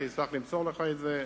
אשמח למסור לך את זה,